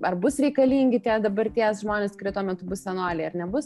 ar bus reikalingi tie dabarties žmonės kurie tuo metu bus senoliai ar nebus